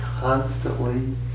Constantly